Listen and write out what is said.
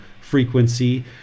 frequency